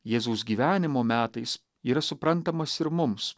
jėzaus gyvenimo metais yra suprantamas ir mums